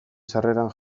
sarreran